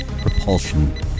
propulsion